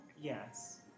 Yes